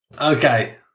Okay